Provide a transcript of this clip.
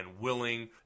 willing